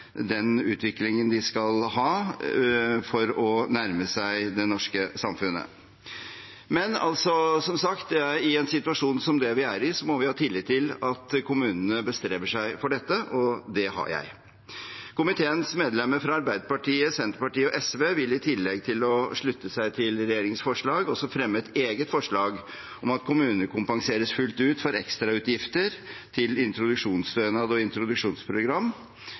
en situasjonen som det vi er i, må vi ha tillit til at kommunene bestreber seg på dette, og det har jeg. Komiteens medlemmer fra Arbeiderpartiet, Senterpartiet og SV har, i tillegg til å slutte seg til regjeringens forslag, også fremmet et eget forslag om at kommunene må kompenseres fullt ut for ekstrautgifter til introduksjonsstønad og introduksjonsprogram